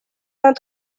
vingt